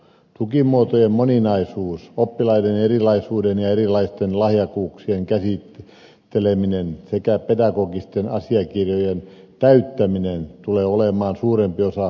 tukimuotojen moninaisuus oppilaiden erilaisuuden ja erilaisten lahjakkuuksien käsitteleminen sekä pedagogisten asiakirjojen täyttäminen tulee olemaan suurempi osa luokanopettajan työtä